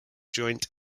joint